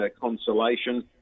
consolation